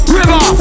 river